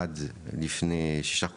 עד לפני שישה חודשים,